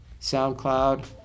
SoundCloud